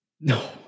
No